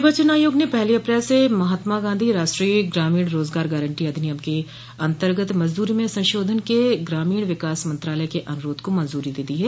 निर्वाचन आयोग ने पहली अप्रैल से महात्मा गांधी राष्ट्रीय ग्रामीण रोजगार गारंटी अधिनियम के अंतर्गत मजदूरी में संशोधन के ग्रामीण विकास मंत्रालय के अनुरोध को मंजूरी दे दी है